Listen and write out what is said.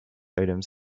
items